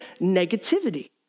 negativity